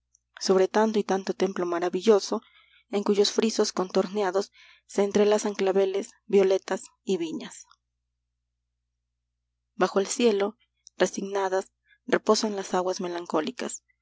piedra sobre tanto y tanto templo maravilloso en cuyos frisos contorneados se entrelazan claveles violetas y viñas bajo el cielo resignadas reposan las aguas melancólicas